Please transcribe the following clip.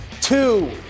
two